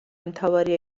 მთავარი